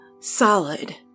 Solid